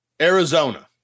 Arizona